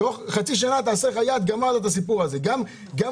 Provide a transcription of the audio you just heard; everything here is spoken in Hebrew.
תוך חצי שנה, תעשה לך יעד, גמרת את הסיפור הזה.